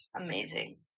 Amazing